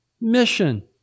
mission